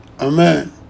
Amen